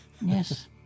Yes